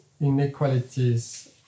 inequalities